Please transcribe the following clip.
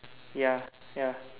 ya ya